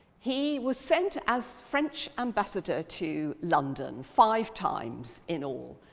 he was sent as french ambassador to london five times in all,